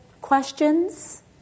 questions